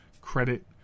credit